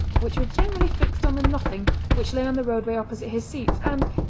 which were generally fixed on the nothing which lay on the roadway opposite his seat, and,